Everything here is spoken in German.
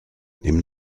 nimm